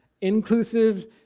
inclusive